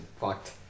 fucked